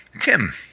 Tim